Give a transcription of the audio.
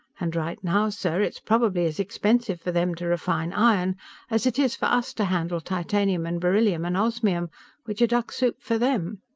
and right now, sir it's probably as expensive for them to refine iron as it is for us to handle titanium and beryllium and osmium which are duck soup for them!